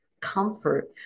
comfort